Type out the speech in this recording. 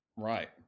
Right